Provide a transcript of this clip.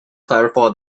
clarify